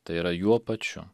tai yra juo pačiu